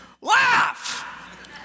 laugh